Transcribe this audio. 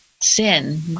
Sin